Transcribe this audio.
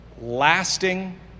lasting